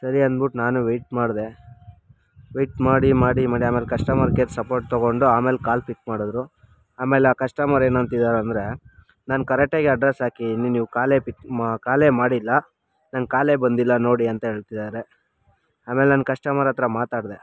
ಸರಿ ಅನ್ಬುಟ್ಟು ನಾನು ವೇಟ್ ಮಾಡಿದೆ ವೇಟ್ ಮಾಡಿ ಮಾಡಿ ಮಾಡಿ ಆಮೇಲೆ ಕಸ್ಟಮರ್ ಕೇರ್ ಸಪೋರ್ಟ್ ತಗೊಂಡು ಆಮೇಲೆ ಕಾಲ್ ಪಿಕ್ ಮಾಡಿದ್ರು ಆಮೇಲೆ ಆ ಕಸ್ಟಮರ್ ಏನು ಅಂತಿದಾರಂದರೆ ನಾನು ಕರೆಕ್ಟ್ ಆಗೇ ಅಡ್ರೆಸ್ ಹಾಕಿದಿನಿ ನೀವು ಕಾಲೇ ಪಿಕ್ ಮಾ ಕಾಲೇ ಮಾಡಿಲ್ಲ ನಂಗೆ ಕಾಲೇ ಬಂದಿಲ್ಲ ನೋಡಿ ಅಂತ ಹೇಳ್ತಿದಾರೆ ಆಮೇಲೆ ನಾನು ಕಸ್ಟಮರ್ ಹತ್ರ ಮಾತಾಡಿದೆ